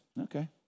okay